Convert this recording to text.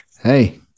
Hey